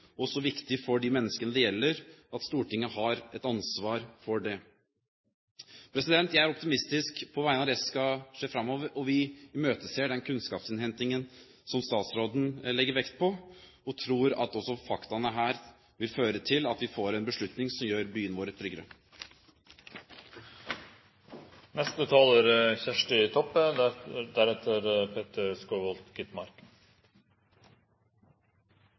er så viktig å se til og så viktig for de menneskene det gjelder, at Stortinget har et ansvar for det. Jeg er optimistisk på vegne av det som skal skje framover. Vi imøteser den kunnskapsinnhentingen som statsråden legger vekt på, og tror at også fakta her vil føre til at vi får en beslutning som gjør byene våre tryggere. No er